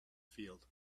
field